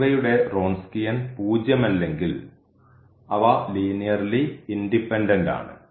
എന്നിവയുടെ വ്രോൺസ്കിയൻ പൂജ്യമല്ലെങ്കിൽ അവ ലീനിയർലി ഇൻഡിപെൻഡൻറ് ആണ്